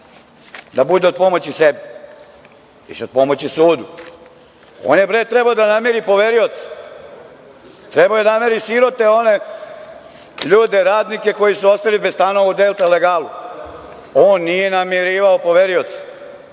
da bude od pomoći sebi, već od pomoći sudu. On je trebao da namiri poverioce. Trebao je da namiri sirote one ljude, radnike, koji su ostali bez stanova u „Delta legalu“. On nije namirivao poverioce,